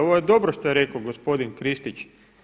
Ovo je dobro što je rekao gospodin Kristić.